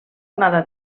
onada